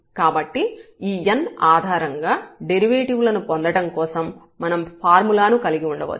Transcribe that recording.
కాబట్టి ఈ n ఆధారంగా డెరివేటివ్ లను పొందడం కోసం మనం ఫార్ములాను కలిగి ఉండవచ్చు